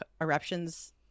eruptions